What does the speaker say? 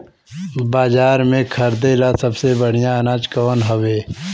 बाजार में खरदे ला सबसे बढ़ियां अनाज कवन हवे?